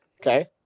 Okay